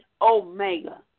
Omega